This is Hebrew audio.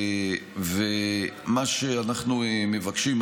מה שאנחנו מבקשים,